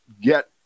get